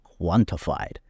quantified